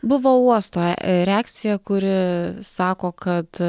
buvo uosto reakcija kuri sako kad